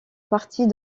partie